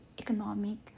economic